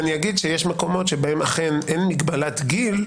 אני אגיד שיש מקומות שבהם אכן אין מגבלת גיל,